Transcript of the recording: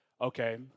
Okay